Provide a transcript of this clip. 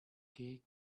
cake